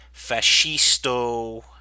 fascisto